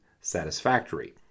satisfactory